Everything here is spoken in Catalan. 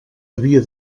havia